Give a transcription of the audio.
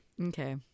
Okay